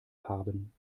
haben